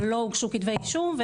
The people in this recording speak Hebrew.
אבל לא הוגשו כתבי אישום.